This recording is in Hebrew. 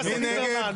3 בעד.